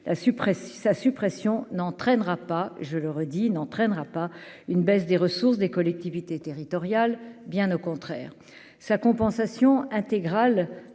sa suppression n'entraînera pas, je le redis, n'entraînera pas une baisse des ressources des collectivités territoriales, bien au contraire sa compensation intégrale